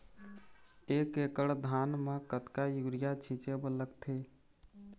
एक एकड़ धान म कतका यूरिया छींचे बर लगथे?